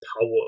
power